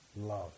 love